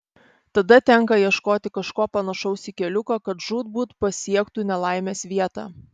tada tenka ieškoti kažko panašaus į keliuką kad žūtbūt pasiektų nelaimės vietą